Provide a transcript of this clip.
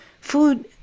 food